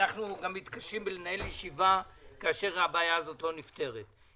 אנחנו מתקשים לנהל ישיבה כאשר הבעיה הזו לא נפתרת.